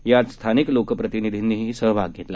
यात स्थानिक लोकप्रतिनिधींनीही सहभाग घेतला